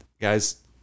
guys